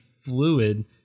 fluid